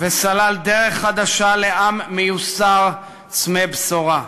וסלל דרך חדשה לעם מיוסר וצמא בשורה.